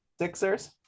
Sixers